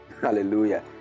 Hallelujah